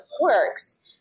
works